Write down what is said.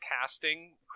casting